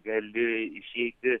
gali išeiti